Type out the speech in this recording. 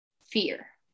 fear